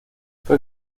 fue